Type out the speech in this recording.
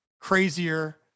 crazier